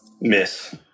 Miss